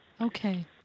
okay